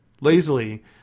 Lazily